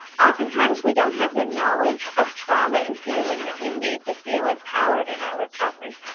oftentimes we don't have the knowledge of trauma and healing that we need to feel empowered in our recovery.